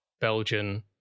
Belgian